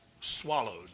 swallowed